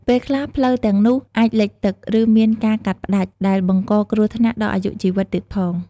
ពេលខ្លះ ផ្លូវទាំងនោះអាចលិចទឹក ឬមានការកាត់ផ្តាច់ ដែលបង្កគ្រោះថ្នាក់ដល់អាយុជីវិតទៀតផង។